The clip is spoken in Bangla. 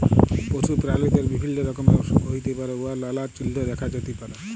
পশু পেরালিদের বিভিল্য রকমের অসুখ হ্যইতে পারে উয়ার লালা চিল্হ দ্যাখা যাতে পারে